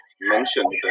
mentioned